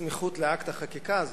בסמיכות לאקט החקיקה הזה.